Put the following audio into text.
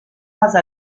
base